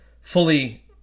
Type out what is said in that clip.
fully